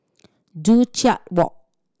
Joo Chiat Walk